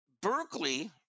Berkeley